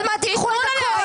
עוד מעט ייקחו את הכול.